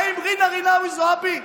האם ג'ידא רינאוי זועבי ממרצ,